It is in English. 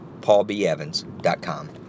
PaulBEvans.com